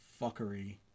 fuckery